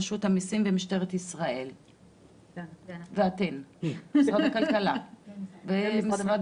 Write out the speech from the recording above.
רשות המיסים ומשטרת ישראל ואתן משרד הכלכלה ומשרד